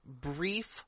brief